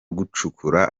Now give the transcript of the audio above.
gucukura